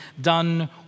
done